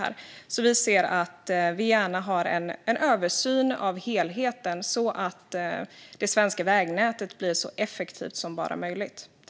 Vi ser gärna att det görs en översyn av helheten så att det svenska vägnätet blir så effektivt som bara möjligt.